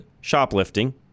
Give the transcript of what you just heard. shoplifting